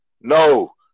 no